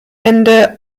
ende